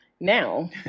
Now